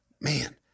man